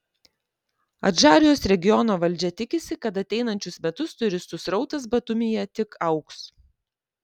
adžarijos regiono valdžia tikisi kad ateinančius metus turistų srautas batumyje tik augs